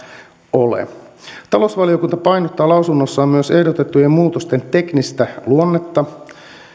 ole talousvaliokunta painottaa lausunnossaan myös ehdotettujen muutosten teknistä luonnetta